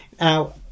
Now